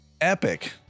epic